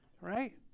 Right